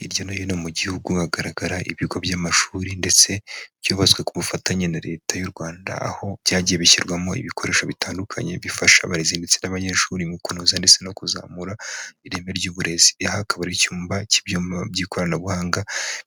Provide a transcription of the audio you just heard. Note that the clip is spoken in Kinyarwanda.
Hirya no hino mu gihugu hagaragara ibigo by'amashuri ndetse byubatswe ku bufatanye na leta y'u Rwanda aho byagiye bishyirwamo ibikoresho bitandukanye bifasha abarezi ndetse n'abanyeshuri mu kunoza ndetse no kuzamura ireme ry'uburezi, aha akaba ari icyumba cy'ibyuma by'ikoranabuhanga